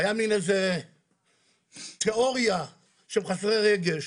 הייתה תאוריה שהם חסרי רגש.